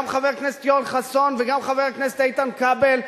גם חבר הכנסת יואל חסון וגם חבר הכנסת איתן כבל,